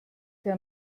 der